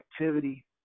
activity